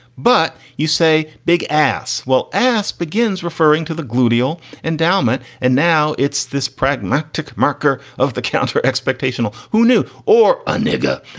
but you say big ass. well, ask begins referring to the gluteal endowment. and now it's this pragmatic marker of the counter expectational. who knew? or a nigga.